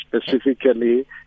specifically